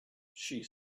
she